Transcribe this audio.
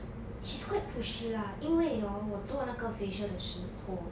she's quite pushy lah 因为 hor 我做那个 facial 的时候